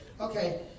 Okay